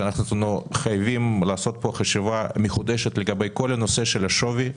שאנו חייבים לעשות פה חשיבה מחודשת לגבי כל הנושא של השווי,